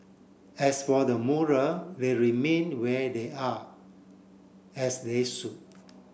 as for the mural they remain where they are as they should